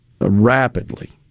rapidly